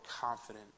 confident